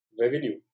revenue